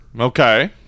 Okay